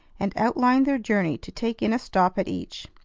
and outlined their journey to take in a stop at each.